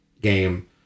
game